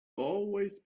always